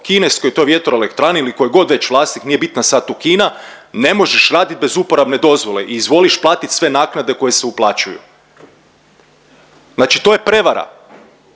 kineskoj toj vjetroelektrani ili ko je god već vlasnik, nije bitna sad tu Kina, ne možeš radit bez uporabne dozvole i izvoliš platit sve naknade koje se uplaćuju. Znači to je prevara